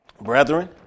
Brethren